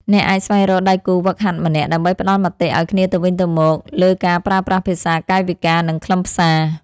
អ្នកអាចស្វែងរកដៃគូហ្វឹកហាត់ម្នាក់ ដើម្បីផ្ដល់មតិឱ្យគ្នាទៅវិញទៅមកលើការប្រើប្រាស់ភាសាកាយវិការ និងខ្លឹមសារ។